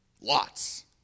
Lots